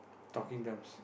talking terms